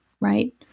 Right